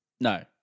no